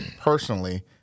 personally